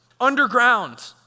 Underground